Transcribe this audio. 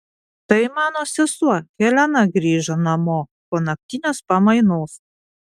tai mano sesuo helena grįžo namo po naktinės pamainos